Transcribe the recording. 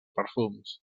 perfums